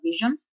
vision